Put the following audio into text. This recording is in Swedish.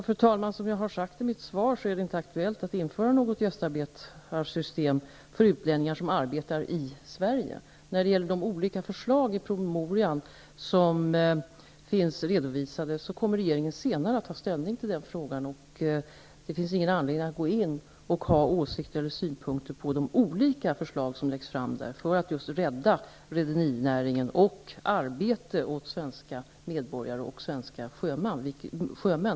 Fru talman! Som jag har sagt i mitt svar är det inte aktuellt att införa något gästarbetarsystem för utlänningar som arbetar i Sverige. Regeringen kommer senare att ta ställning till de olika förslag i promemorian som finns redovisade. Det finns därför ingen anledning för mig att ha synpunkter på de olika förslag som där läggs fram just i syfte att rädda rederinäringen och ge arbete åt svenska medborgare och svenska sjömän.